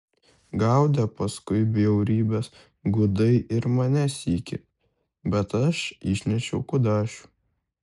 gaudė paskui bjaurybės gudai ir mane sykį bet aš išnešiau kudašių